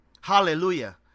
hallelujah